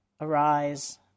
arise